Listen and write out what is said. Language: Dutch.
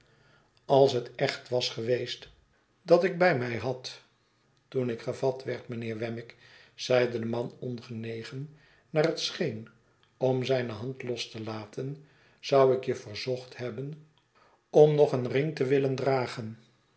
als het echt was geweest dat ik bij mij had toen ik gevat werd mijnheer wemmick zeide de man ongenegen naar het scheen om zijne hand los te laten zou ik je verzocht hebben om nog een ring te willen dragen